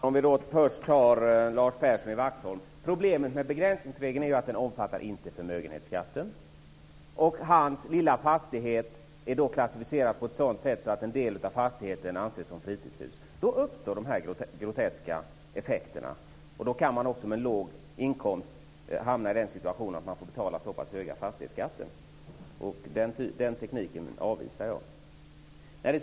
Fru talman! Vi kan först diskutera Lars Persson i Vaxholm. Problemet med begränsningsregeln är att den inte omfattar förmögenhetsskatten. Perssons lilla fastighet är klassificerad på ett sådant sätt att en del av fastigheten anses som fritidshus. Då uppstår de groteska effekterna. Då kan man med en låg inkomst hamna i den situationen att man måste betala så pass höga fastighetsskatter. Jag avvisar den tekniken.